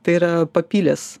tai yra papilės